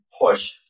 push